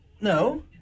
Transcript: No